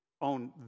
on